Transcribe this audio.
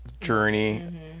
journey